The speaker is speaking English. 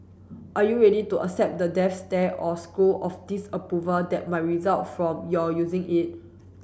are you ready to accept the death stare or scowl of disapproval that might result from your using it